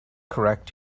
correct